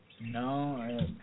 No